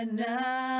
now